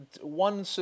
one